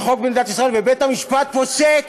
יש חוק במדינת ישראל, ובית-המשפט פוסק